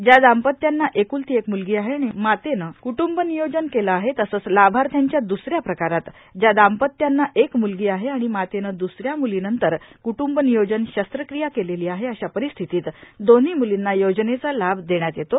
ज्या दाम्पंत्यांना एक्लती एक म्लगी आहे आणि मातेने क्टूंबनियोजन केले आहे तसंच लाभार्थ्यांच्या द्रसऱ्या प्रकारात ज्या दाम्पंत्यांना एक मुलगी आहे आणि मातेने दुसऱ्या म्लीनंतर क्टूंबनियोजन शस्त्रक्रिया केलेली आहे अशा परिस्थितीत दोन्ही म्लींना योजनेचा लाभ देण्यात येतो